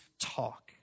talk